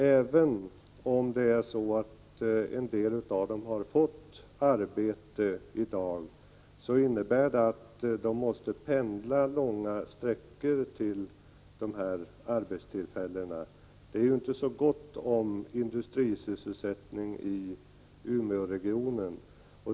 Även om en del av dem har fått arbete i dag, innebär det att de måste pendla långa sträckor till sina arbetsplatser. Det är inte så gott om industrisysselsättning i Umeåregionen.